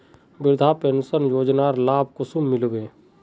वृद्धा पेंशन योजनार लाभ कुंसम मिलबे?